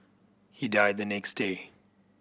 he died the next day